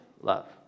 love